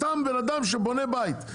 סתם בן אדם שבונה בית,